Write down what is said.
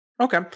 okay